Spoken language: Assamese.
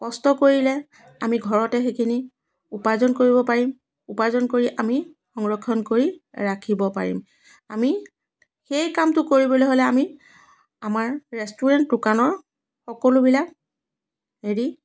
কষ্ট কৰিলে আমি ঘৰতে সেইখিনি উপাৰ্জন কৰিব পাৰিম উপাৰ্জন কৰি আমি সংৰক্ষণ কৰি ৰাখিব পাৰিম আমি সেই কামটো কৰিবলৈ হ'লে আমি আমাৰ ৰেষ্টুৰেণ্ট দোকানৰ সকলোবিলাক এৰি